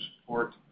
support